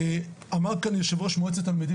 אמר כאן יו"ר מועצת התלמידים,